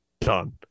done